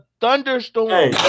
thunderstorm